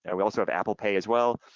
and we also have apple pay as well.